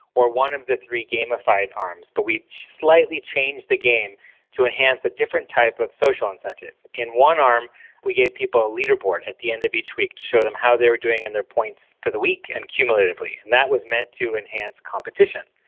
or one of the three gamified arms. but we slightly changed the game to enhance a different type of social incentive. in one arm we gave people a leaderboard at the end of each week to show them how they were doing in their points for the week and cumulatively, and that was meant to enhance competition.